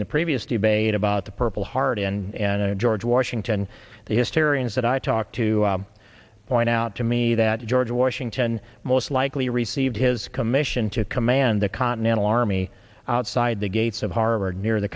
in the previous debate about the purple heart and george washington the history is that i talked to point out to me that george washington most likely received his commission to command the continental army outside the gates of harvard near the